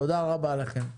תודה רבה לכם.